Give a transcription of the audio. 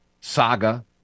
saga